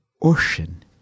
ocean